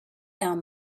down